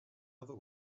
other